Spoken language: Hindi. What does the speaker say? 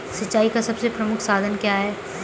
सिंचाई का सबसे प्रमुख साधन क्या है?